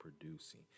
producing